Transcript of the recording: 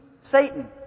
Satan